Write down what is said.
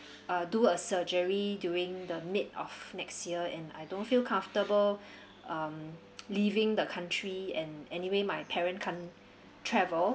uh do a surgery during the mid of next year and I don't feel comfortable um leaving the country and anyway my parent can't travel